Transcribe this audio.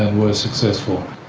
were successful.